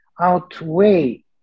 outweigh